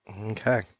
Okay